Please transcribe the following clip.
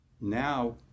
now